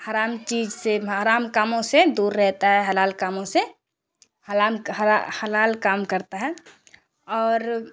حرام چیز سے حرام کاموں سے دور رہتا ہے حلال کاموں سے حلال کام کرتا ہے اور